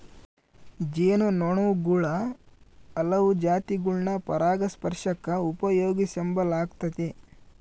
ಜೇನು ನೊಣುಗುಳ ಹಲವು ಜಾತಿಗುಳ್ನ ಪರಾಗಸ್ಪರ್ಷಕ್ಕ ಉಪಯೋಗಿಸೆಂಬಲಾಗ್ತತೆ